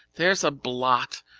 there's a blot,